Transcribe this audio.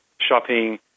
shopping